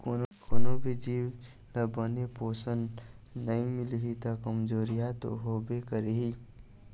कोनो भी जीव ल बने पोषन नइ मिलही त कमजोरहा तो होबे करही